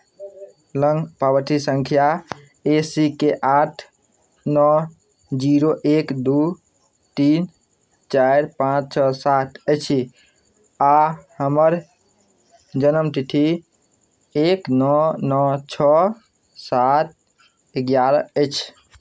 लग पावती सङ्ख्या ए सी के आठ नओ जीरो एक दू तीन चारि पाँच छओ सात अछि आ हमर जन्म तिथि एक नओ नओ छओ सात एगारह अछि